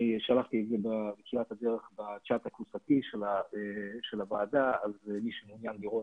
אני שלחתי את זה בצ'ט הקבוצתי של הוועדה אז אם מישהו מעוניין לראות,